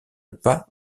pas